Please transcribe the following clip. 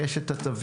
יש את התווית.